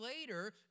later